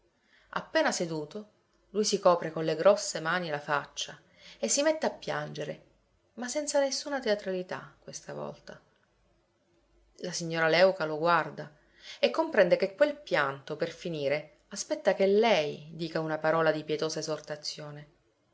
appena seduto lui si copre con le grosse mani la faccia e si mette a piangere ma senza nessuna teatralità questa volta la signora léuca lo guarda e comprende che quel pianto per finire aspetta che lei dica una parola di pietosa esortazione